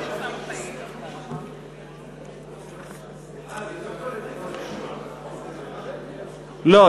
לא,